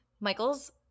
Michael's